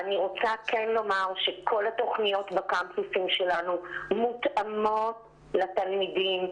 כל התוכניות בקמפוסים שלנו מותאמות לתלמידים,